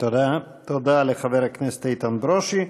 תודה לחבר הכנסת איתן ברושי.